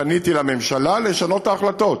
פניתי לממשלה לשנות את ההחלטות.